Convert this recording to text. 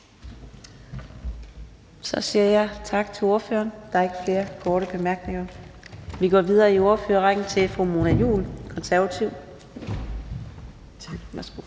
Så siger jeg tak til ordføreren. Der er ikke flere korte bemærkninger. Vi går videre i ordførerrækken til fru Mona Juul, Det Konservative Folkeparti. Værsgo.